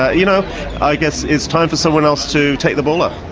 ah you know i guess it's time for someone else to take the ball up.